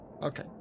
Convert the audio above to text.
okay